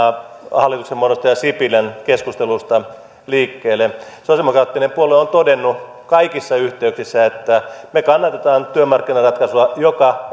hallituksen muodostaja sipilän keskusteluista sosialidemokraattinen puolue on todennut kaikissa yhteyksissä että me kannatamme työmarkkinaratkaisua joka